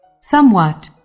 Somewhat